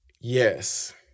Yes